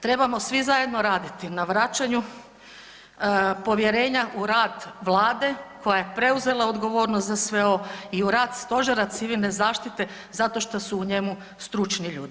Trebamo svi zajedno raditi na vraćanju povjerenja u rad Vlade koja je preuzela odgovornost za sve ovo i u rad Stožera civilne zaštite zato šta su u njemu stručni ljudi.